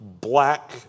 black